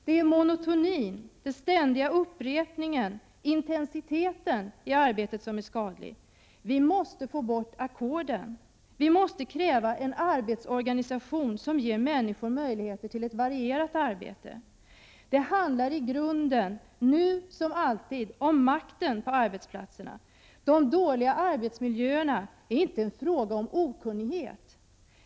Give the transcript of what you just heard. Det är monotonin, den ständiga upprepningen, som är skadlig. Det är intensiteten som är skadlig. Vi måste få bort ackorden. Vi måste kräva en arbetsorganisation som ger människor möjligheter till ett varierat arbete. Det handlar i grunden, nu som alltid, om makten på arbetsplatserna. De dåliga arbetsmiljöerna har inte att göra med okunnighet.